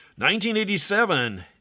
1987